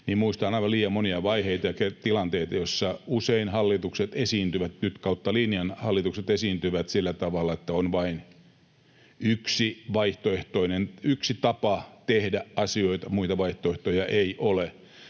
taaksepäin, aivan liian monia vaiheita ja tilanteita, joissa usein hallitukset esiintyivät — kautta linjan hallitukset esiintyvät — sillä tavalla, että on vain yksi tapa tehdä asioita, muita vaihtoehtoja ei ole.